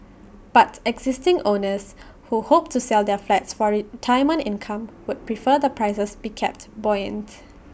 but existing owners who hope to sell their flats for retirement income would prefer the prices be kept buoyant